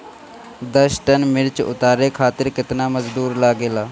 दस टन मिर्च उतारे खातीर केतना मजदुर लागेला?